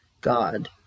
God